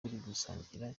gusangira